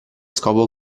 scopo